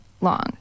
long